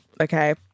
okay